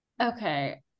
okay